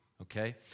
Okay